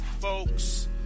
folks